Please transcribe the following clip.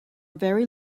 very